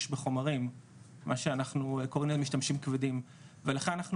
בחומרים מה שאנחנו קוראים להם משתמשים כבדים ולכן אנחנו